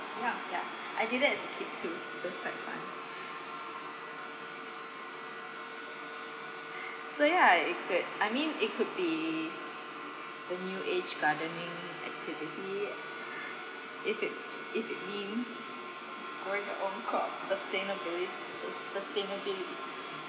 ya ya I did it as a kid too those quite fun so ya it could I mean it could be the new age gardening activity if it if it means grown your own crops sustainabili~ sus~ sustainably